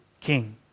king